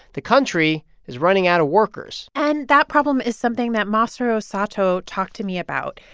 the country is running out of workers and that problem is something that masaru sato talked to me about.